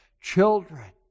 children